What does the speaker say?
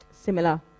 similar